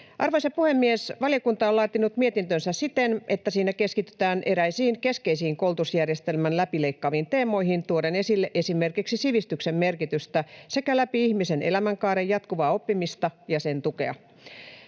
Arvoisa puhemies! Valiokunta on laatinut mietintönsä siten, että siinä keskitytään eräisiin keskeisiin koulutusjärjestelmän läpileikkaaviin teemoihin tuoden esille esimerkiksi sivistyksen merkitystä sekä läpi ihmisen elämänkaaren jatkuvaa oppimista ja sen tukea.